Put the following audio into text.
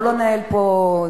בואו לא ננהל פה דו-שיח.